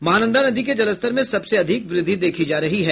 महानंदा नदी के जलस्तर में सबसे अधिक वृद्धि देखी जा रही है